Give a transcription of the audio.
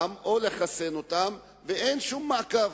תשס"ז